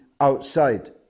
outside